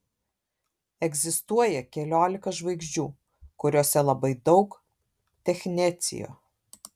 egzistuoja keliolika žvaigždžių kuriose labai daug technecio